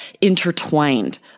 intertwined